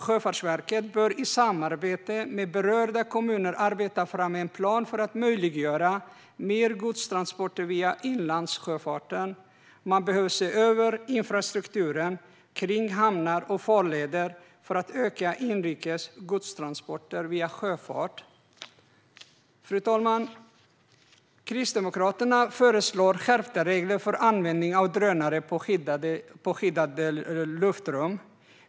Sjöfartsverket bör i samarbete med berörda kommuner arbeta fram en plan för att möjliggöra mer godstransporter via inlandssjöfarten. Man behöver se över infrastrukturen kring hamnar och farleder för att öka inrikes godstransporter via sjöfart. Fru talman! Kristdemokraterna föreslår skärpta regler för användning av drönare i skyddade luftrum.